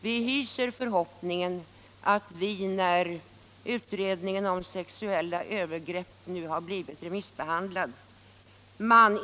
Vi hyser också förhoppningen att man. när utredningen om sexuella övergrepp nu har blivit remissbehandlad.